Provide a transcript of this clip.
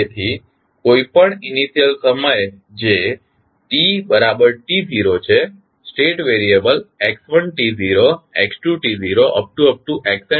તેથી કોઈપણ ઇનિશિયલ સમયે જે t t0 છે સ્ટેટ વેરીયબલ x1 x2